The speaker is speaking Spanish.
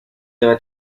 debe